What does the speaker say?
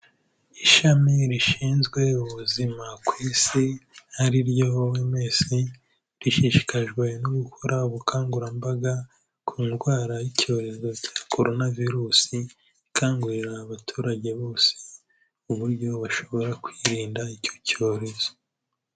Ishami rishinzwe ubuzima ku isi ari ryo Owemesi rishishikajwe no gukora ubukangurambaga ku ndwara y'icyorezo cya koronavirusi ikangurira abaturage bose uburyo bashobora kwirinda icyo cyorezo.